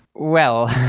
well,